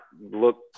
look